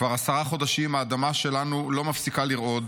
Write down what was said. כבר עשרה חודשים האדמה שלנו לא מפסיקה לרעוד